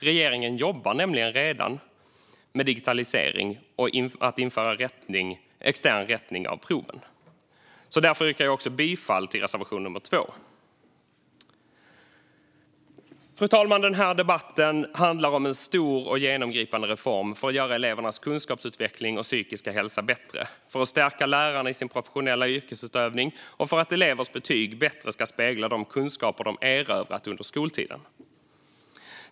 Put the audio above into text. Regeringen jobbar nämligen redan med digitalisering och med att införa extern rättning proven. Därför yrkar jag bifall till reservation nummer 2. Fru talman! Den här debatten handlar om en stor och genomgripande reform för att göra elevernas kunskapsutveckling och psykiska hälsa bättre, för att stärka lärarna i deras professionella yrkesutövning och för att elevers betyg bättre ska spegla de kunskaper de erövrat under skoltiden.